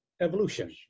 evolution